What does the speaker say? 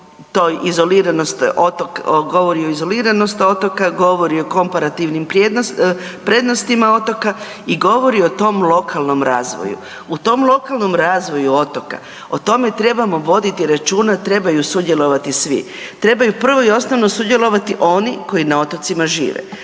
podržana i koja govori o toj izoliranosti otoka, govori o komparativnim prednostima otoka i govori o tom lokalnom razvoju. U tom lokalnom razvoju otoka, o tome trebamo voditi računa trebaju sudjelovati svi, trebaju prvo i osnovno sudjelovati oni koji na otocima žive,